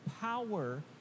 power